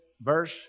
verse